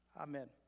Amen